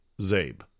Zabe